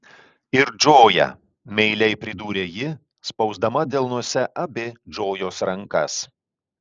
ir džoja meiliai pridūrė ji spausdama delnuose abi džojos rankas